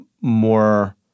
more